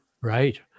Right